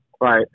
right